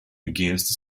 against